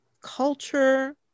culture